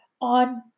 on